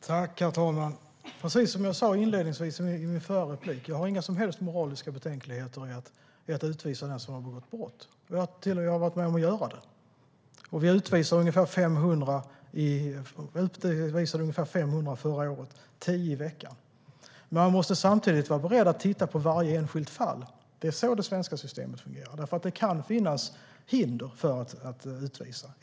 Herr talman! Precis som jag sa i mitt förra inlägg har jag inga som helst moraliska betänkligheter mot att utvisa den som har begått brott. Jag har varit med om att göra det. Vi utvisade ungefär 500 personer förra året, tio i veckan. Men man måste samtidigt vara beredd att titta på varje enskilt fall. Det är så det svenska systemet fungerar. Det kan finnas hinder mot att utvisa.